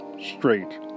straight